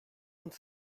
sind